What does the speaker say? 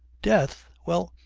death? well,